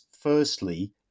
firstly